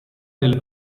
delle